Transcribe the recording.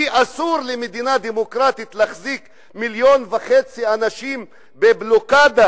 כי אסור למדינה דמוקרטית להחזיק 1.5 מיליון אנשים בבלוקדה.